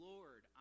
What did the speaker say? Lord